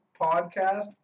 podcast